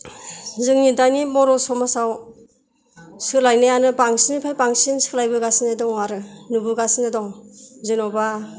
जोङो दानि बर' समाजआव सोलायनायानो बांसिननिफ्राय बांसिन सोलायबोगासिनो दं आरो नुबोगासिनो दं जेन'बा